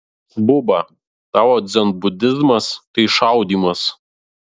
buba tavo dzenbudizmas tai šaudymas